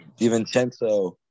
Divincenzo